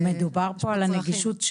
מודבר פה על הנגישות,